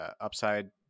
upside